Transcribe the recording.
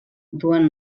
duen